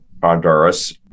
Honduras